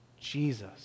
Jesus